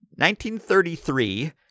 1933